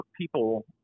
people